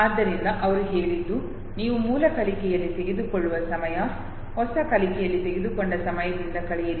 ಆದ್ದರಿಂದ ಅವರು ಹೇಳಿದ್ದು ನೀವು ಮೂಲ ಕಲಿಕೆಯಲ್ಲಿ ತೆಗೆದುಕೊಳ್ಳುವ ಸಮಯ ಹೊಸ ಕಲಿಕೆಯಲ್ಲಿ ತೆಗೆದುಕೊಂಡ ಸಮಯದಿಂದ ಕಳೆಯಿರಿ